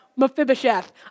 Mephibosheth